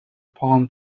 palm